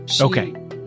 Okay